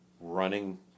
running